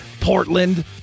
Portland